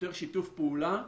יותר שיתוף פעולה,